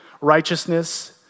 righteousness